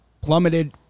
plummeted